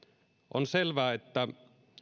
on selvää että